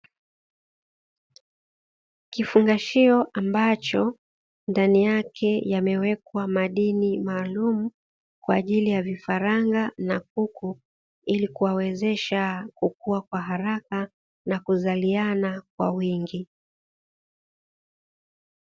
Kifungashio ambacho ndani yake yamewekwa madini maalumu kwa ajili, ya vifaranga na kuku ili kuwawezesha kukua kwa haraka na kuzaliana kwa wingi.